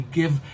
give